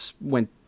went